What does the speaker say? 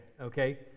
okay